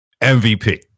MVP